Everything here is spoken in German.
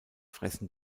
fressen